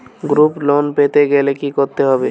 Group loan পেতে গেলে কি করতে হবে?